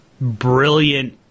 brilliant